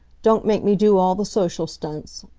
don't make me do all the social stunts.